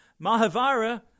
Mahavira